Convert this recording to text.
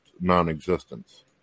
non-existence